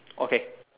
okay